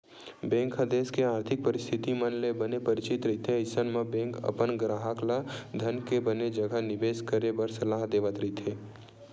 bank ह देस के आरथिक परिस्थिति मन ले बने परिचित रहिथे अइसन म बेंक अपन गराहक ल धन के बने जघा निबेस करे बर सलाह देवत रहिथे